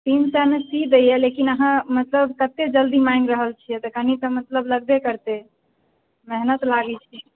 तीन सओमे सी दैए लेकिन अहाँ मतलब कतेक जल्दी माँगि रहल छिए तऽ कनि तऽ मतलब लगबे करतै मेहनत लागै छै